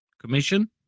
commission